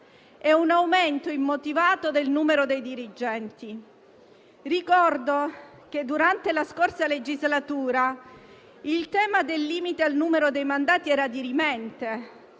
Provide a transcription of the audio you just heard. e un aumento immotivato del numero dei dirigenti. Ricordo che, durante la scorsa legislatura, il tema del limite al numero dei mandati era dirimente.